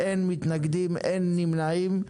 אין מתנגדים, אין נמנעים.